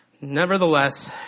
nevertheless